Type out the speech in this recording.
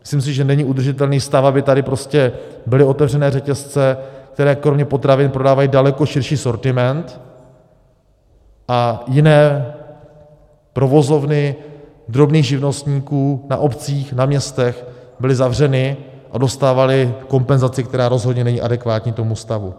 Myslím si, že není udržitelný stav, aby tady byly otevřené řetězce, které kromě potravin prodávají daleko širší sortiment, a jiné provozovny drobných živnostníků na obcích, na městech byly zavřeny a dostávaly kompenzaci, která rozhodně není adekvátní tomu stavu.